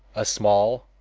a small,